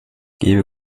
gebe